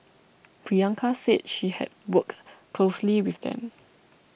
Priyanka said she had worked closely with them